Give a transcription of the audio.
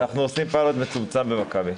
אנחנו עושים פיילוט מצומצם במכבי,